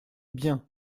bien